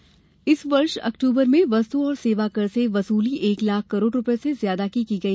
GST इस वर्ष अक्टूबर में वस्तु और सेवा कर से वसूली एक लाख करोड़ रुपये से ज्यादा की वसूली हुई